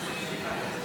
שלי.